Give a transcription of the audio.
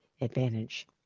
advantage